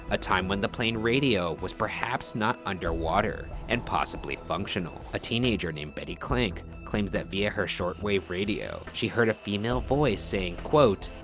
a time when the plane radio was perhaps not underwater, and possibly functional. a teenager named betty klenck claims that via her shortwave radio, she heard a female voice saying, quote,